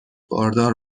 باردار